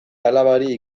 alabari